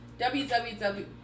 www